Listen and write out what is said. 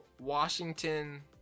washington